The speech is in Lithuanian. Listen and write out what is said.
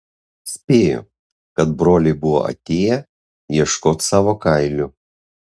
spėju kad broliai buvo atėję ieškot savo kailių